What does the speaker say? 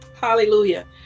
Hallelujah